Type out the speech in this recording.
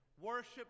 worship